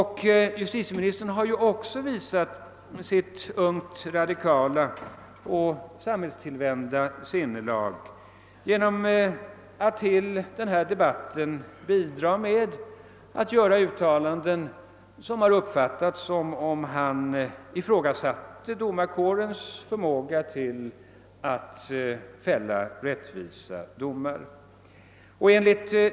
Herr Geijer har ju också visat sitt ungt radikala och samhällstillvända sinnelag genom att som ett bidrag till debatten göra uttalanden, vilka har uppfattats som om han ifrågasatte domarkårens förmåga att fälla rättvisa domar.